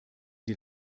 den